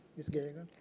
ms. gallego.